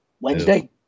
Wednesday